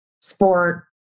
sport